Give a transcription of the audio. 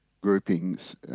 Groupings